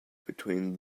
between